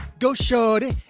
go showed it.